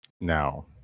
Now